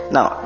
Now